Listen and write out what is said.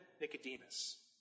Nicodemus